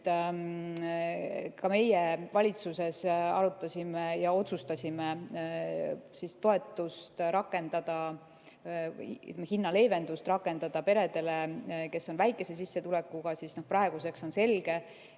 ka meie valitsuses arutasime ja otsustasime toetust rakendada, hinnaleevendust rakendada peredele, kes on väikese sissetulekuga, siis praeguseks on selge,